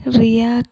రియాక్